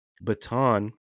baton